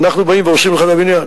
אנחנו באים והורסים לך את הבניין.